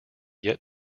yet